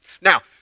Now